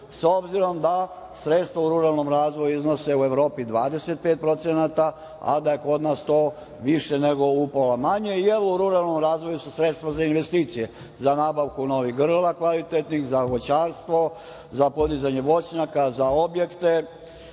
s obzirom da sredstva u ruralnom razvoju u Evropi iznose 25%, a da kod nas to više nego upola manje, jer u ruralnom razvoju su sredstva za investicije, za nabavku novih grla kvalitetnih, za voćarstvo, za podizanje voćnjaka, za objekte. Takođe,